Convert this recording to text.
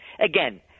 Again